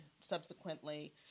subsequently